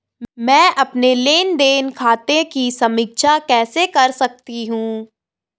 मैं अपने लेन देन खाते की समीक्षा कैसे कर सकती हूं?